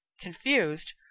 confused